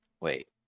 Wait